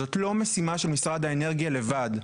זאת לא משימה של משרד האנרגיה לבד,